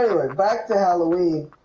back to halloween